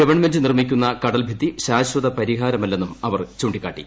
government നിർമ്മിക്കുന്ന കടൽ ഭിത്തി ശാശ്വത പരിഹാരമല്ലെന്നും അവർ ചൂ ിക്ക്ാട്ടി